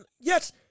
yes